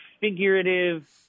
figurative